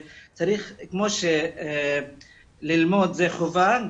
כמו שללמוד זה חובה,